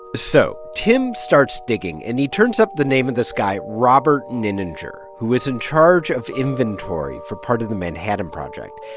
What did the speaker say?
so tim starts digging. and he turns up the name of this guy robert nininger, who was in charge of inventory for part of the manhattan project.